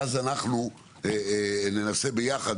ואז אנחנו ננסה ביחד,